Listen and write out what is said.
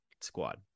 squad